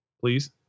Please